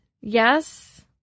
yes